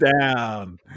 down